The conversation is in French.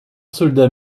soldats